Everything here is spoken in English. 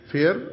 Fear